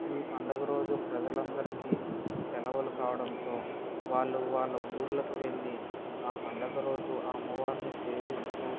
ఈ పండగరోజు ప్రజలందరికి సెలవులు కావడంతో వాళ్ళు వాళ్ళ ఊర్లకు వెళ్ళి ఆ పండుగ రోజు అమ్మవారిని సేవిస్తూ